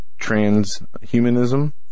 transhumanism